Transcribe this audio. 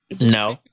No